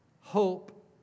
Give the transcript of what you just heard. hope